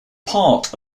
part